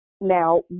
Now